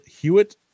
Hewitt